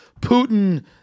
Putin